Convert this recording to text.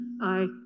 Aye